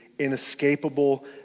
Inescapable